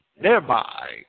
Thereby